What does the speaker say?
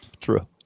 True